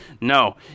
No